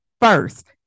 first